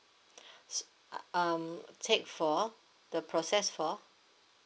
s~ ugh um take for the process for